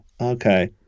okay